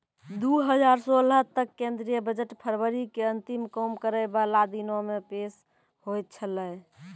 दु हजार सोलह तक केंद्रीय बजट फरवरी के अंतिम काम करै बाला दिनो मे पेश होय छलै